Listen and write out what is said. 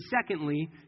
secondly